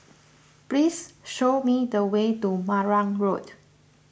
please show me the way to Marang Road